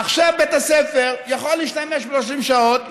עכשיו בית הספר יכול להשתמש ב-30 שעות,